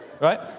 Right